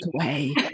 away